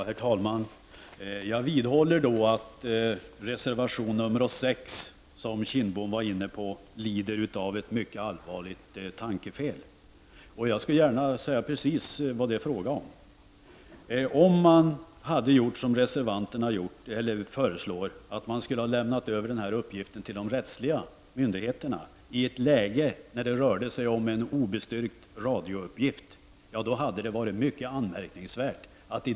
Herr talman! Jag vidhåller att reservation nr 6, som Bengt Kindbom var inne på, lider av ett mycket allvarligt tankefel. Jag kan gärna säga precis vad det är fråga om. Om man hade gjort som reservanterna föreslår, dvs. att man hade lämnat över uppgiften till de rättsliga myndigheterna i ett läge där det rörde sig om en obestyrkt radiouppgift, hade det varit mycket anmärkningsvärt.